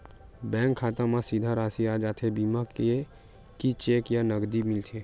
Bank खाता मा सीधा राशि आ जाथे बीमा के कि चेक या नकदी मिलथे?